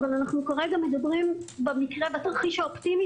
אבל אנחנו כרגע מדברים על התרחיש האופטימי